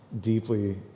deeply